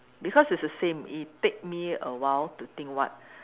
because it's the same it take me a while to think what